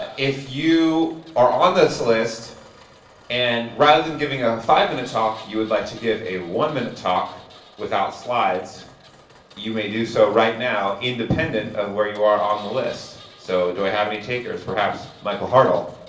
ah if you are on this list and rather than give a five minute talk you would like to give a one minute talk without slides you may do so right now independent of where you are on the list. so do i have any takers? perhaps michael hartl?